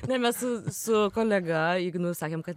ne mes su su kolega ignu sakėm kad